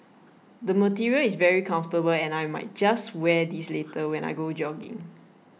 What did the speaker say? the material is very comfortable and I might just wear this later when I go jogging